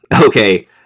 Okay